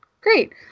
Great